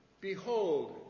Behold